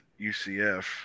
UCF